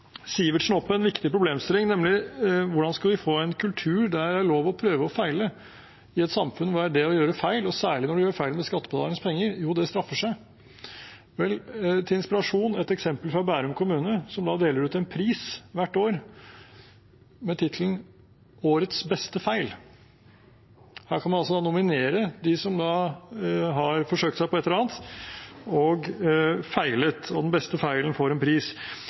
Sivertsen tok opp en viktig problemstilling, nemlig: Hvordan skal vi få en kultur der det er lov til å prøve og feile, i et samfunn der det å gjøre feil, særlig når det gjøres feil med skattebetalernes penger, straffer seg? Vel, til inspirasjon er et eksempel fra Bærum kommune, som hvert år deler ut en pris med tittelen «Årets beste feil». Der kan man nominere noen som har forsøkt seg på et eller annet og feilet, og de med den beste feilen får en pris.